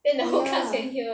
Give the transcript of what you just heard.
oh ya